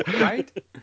Right